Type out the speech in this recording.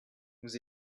vous